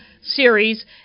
series